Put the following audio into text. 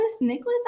Nicholas